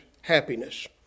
happiness